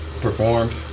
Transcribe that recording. Performed